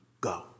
go